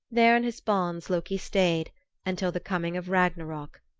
there in his bonds loki stayed until the coming of ragnarok,